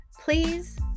please